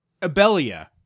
Abelia